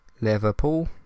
Liverpool